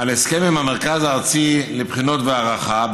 על הסכם עם המרכז הארצי לבחינות והערכה,